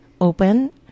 open